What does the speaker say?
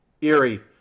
Erie